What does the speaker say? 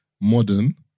modern